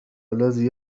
الذي